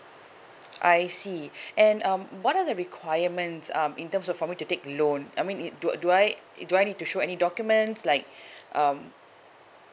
I see and um what are the requirements um in terms of for me to take loan I mean it do do I do I need to show any documents like um